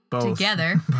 together